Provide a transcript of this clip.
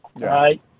right